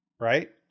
right